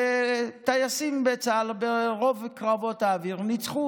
וטייסים בצה"ל ברוב קרבות האוויר ניצחו